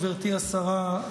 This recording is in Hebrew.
גברתי השרה,